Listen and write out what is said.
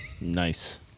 nice